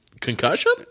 Concussion